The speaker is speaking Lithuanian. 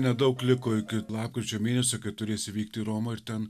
nedaug liko iki lapkričio mėnesio turėsi vykti į romą ir ten